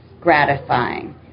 gratifying